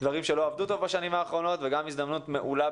דברים שלא עבדו טוב בשנים האחרונות וגם הזדמנות מעולה,